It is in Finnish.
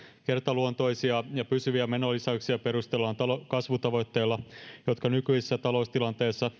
kertaluontoisia ja pysyviä menolisäyksiä perustellaan kasvutavoitteilla jotka nykyisessä taloustilanteessa